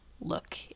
look